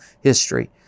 history